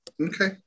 Okay